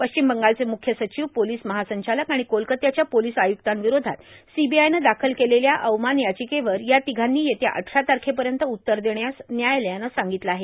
पश्चिम बंगालचे मुख्य र्साचव पोर्लस महासंचालक आर्गण कोलकात्याच्या पोर्लस आयुक्तांवरोधात सीबीआयनं दाखल केलेल्या अवमान यांचकेवर या ांतघांनी येत्या अठरा तारखेपयत उत्तर देण्यासं न्यायालयानं सांगगतलं आहे